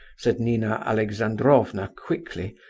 said nina alexandrovna quickly,